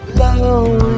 love